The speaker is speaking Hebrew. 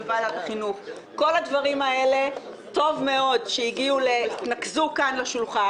וטוב מאוד שכל הדברים האלה יתנקזו כאן לשולחן.